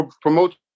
promote